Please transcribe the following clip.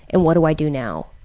and what do i do now,